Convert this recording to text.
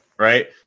Right